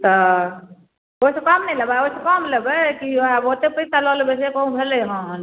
तऽ ओहिसँ कम नहि लेबै ओहिसँ कम लेबै कि आओर ओतेक पइसा लऽ लेबै से कहूँ भेलै हँ